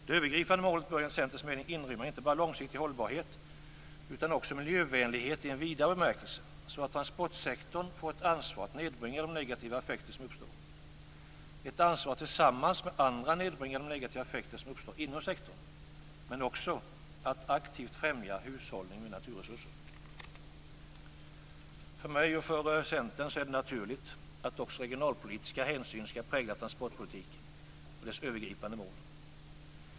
Det övergripande målet bör enligt Centerns mening inrymma inte bara långsiktig hållbarhet utan också miljövänlighet i en vidare bemärkelse, så att transportsektorn får ett ansvar att nedbringa de negativa effekter som uppstår, att tillsammans med andra nedbringa de negativa effekter som uppstår inom sektorn och också att aktivt främja hushållningen med naturresurser. För mig och Centern är det naturligt att också regionalpolitiska hänsyn skall prägla transportpolitiken och dess övergripande mål.